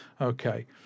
Okay